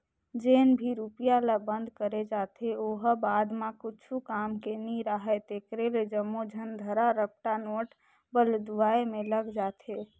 जेन भी रूपिया ल बंद करे जाथे ओ ह बाद म कुछु काम के नी राहय तेकरे ले जम्मो झन धरा रपटा नोट बलदुवाए में लग जाथे